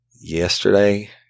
yesterday